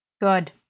Good